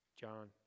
John